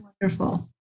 wonderful